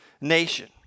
nation